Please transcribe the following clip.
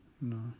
no